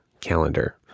calendar